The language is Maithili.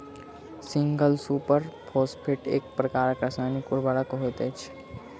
सिंगल सुपर फौसफेट एक प्रकारक रासायनिक उर्वरक होइत छै